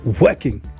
working